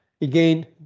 Again